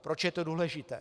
Proč je to důležité?